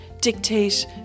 dictate